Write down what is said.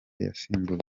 yasimbuye